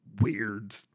weird